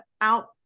out